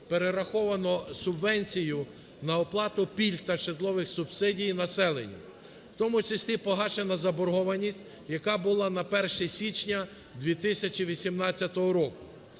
перераховано субвенцію на оплату пільг та житлових субсидій населенню, в тому числі погашена заборгованість, яка була на 1 січня 2018 року.